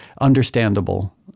Understandable